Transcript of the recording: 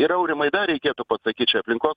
ir aurimai dar reikėtų pasakyt čia aplinkos